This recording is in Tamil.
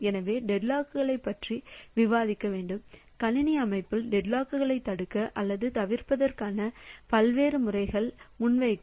எனவே டெட்லாக்குகளைப் பற்றி விவாதிக்க வேண்டும் கணினி அமைப்பில் டெட்லாக்குகளைத் தடுக்க அல்லது தவிர்ப்பதற்கான பல்வேறு முறைகளை முன்வைக்க